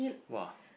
!wah!